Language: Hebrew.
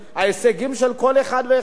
ההישגים של כל אחד ואחד,